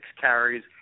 carries